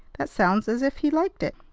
that sounds as if he liked it.